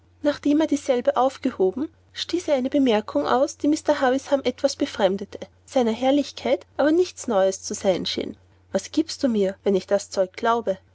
nachdem er dieselbe aufgehoben stieß er eine bemerkung aus die mr havisham etwas befremdete seiner herrlichkeit aber nichts neues zu sein schien was gibst du mir wenn ich das zeug glaube